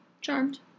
Charmed